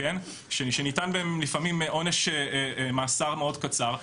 שניתן בהן לפעמים עונש מאסר מאוד קצר,